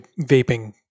vaping